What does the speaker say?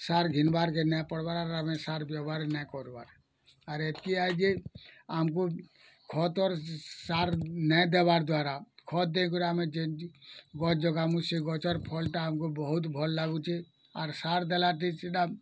sir ଘେନିବାର୍ କେ ନେଇ ପଡ଼ବାର୍ ଆର୍ ଆମେ ସାର୍ ବ୍ୟବହାର ନାଇ କର୍ବାର୍ ଆର୍ ଏତ୍କି ଆଇ ଯେ ଆମକୁ ଖତର୍ ସାର୍ ନେଇ ଦେବାର୍ ଦ୍ୱାରା ଖତ୍ ଦେଇ କରି ଆମେ ଯେ ଗଛ୍ ଜଗା ମୁଁ ସେ ଗଛର୍ ଫଲ୍ଟା ଆମକୁ ବହୁତ ଭଲ୍ ଲାଗୁଛି ଆର୍ ସାର୍ ଦେଲାଟି ସେଇଟା